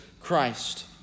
Christ